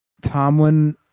Tomlin